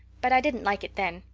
but i didn't like it then.